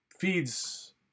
feeds